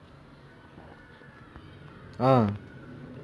let's say like பாக்கப்போனா:paakkapponaa navy தான ரொம்ப கஷ்டம்:thaana romba kashtam